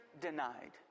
denied